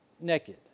naked